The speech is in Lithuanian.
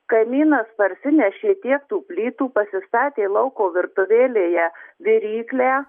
kaimynas parsinešė tiek tų plytų pasistatė lauko virtuvėlėje viryklę